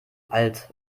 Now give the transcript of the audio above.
alt